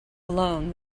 alone